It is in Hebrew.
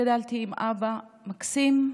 גדלתי עם אבא מקסים,